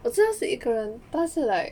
我知道是一个人但是 like